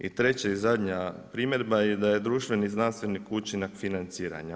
I treća i zadnja primjedba je da je društveni znanstveni učinak financiranja.